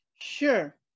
Sure